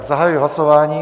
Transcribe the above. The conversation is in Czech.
Zahajuji hlasování.